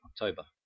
October